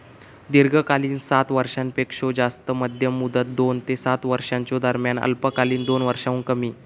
दीर्घकालीन सात वर्षांपेक्षो जास्त, मध्यम मुदत दोन ते सात वर्षांच्यो दरम्यान, अल्पकालीन दोन वर्षांहुन कमी